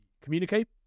communicate